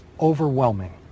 overwhelming